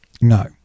no